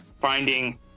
finding